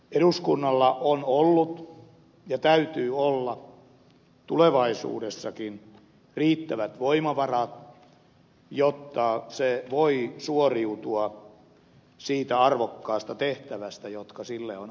eduskunnalla on ollut ja täytyy olla tulevaisuudessakin riittävät voimavarat jotta se voi suoriutua siitä arvokkaasta tehtävästä joka sille on annettu